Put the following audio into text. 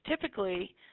typically